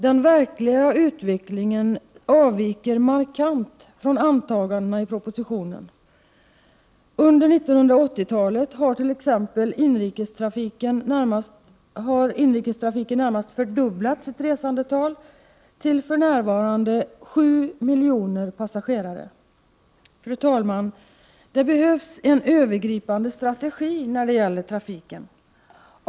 Den verkliga utvecklingen avviker markant från antagandena i propositionen. Under 1980-talet har t.ex. inrikestrafiken närmast fördubblat sitt resandetal till för närvarande nära 7 miljoner passagerare.” Fru talman! Det behövs en övergripande strategi när det gäller trafiken.